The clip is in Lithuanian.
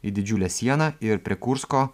į didžiulę sieną ir prie kursko